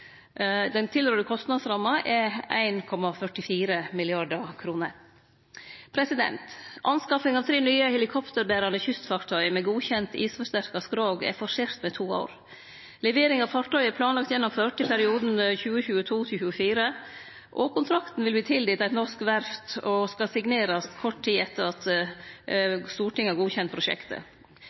Den tilrådde kostnadsramma er på 1,44 mrd. kr. Anskaffing av tre nye helikopterberande kystfartøy med godkjent isforsterka skrog er forsert med to år. Leveringa av fartøya er planlagd gjennomført i perioden 2022–2024. Kontrakten vil verte tildelt eit norsk verft og skal signerast kort tid etter at Stortinget har godkjent prosjektet.